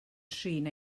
trin